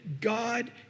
God